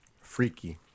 freaky